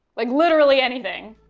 like literally anything.